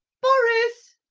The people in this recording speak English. boris!